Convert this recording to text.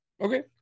Okay